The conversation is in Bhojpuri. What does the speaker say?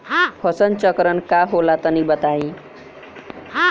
फसल चक्रण का होला तनि बताई?